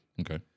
Okay